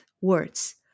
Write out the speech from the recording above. words